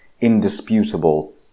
indisputable